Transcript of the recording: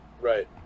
Right